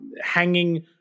hanging